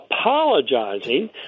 apologizing